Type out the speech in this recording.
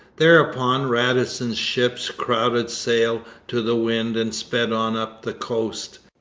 thereupon radisson's ships crowded sail to the wind and sped on up the coast.